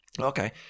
Okay